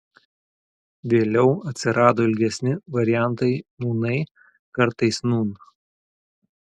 vėliau atsirado ilgesni variantai nūnai kartais nūn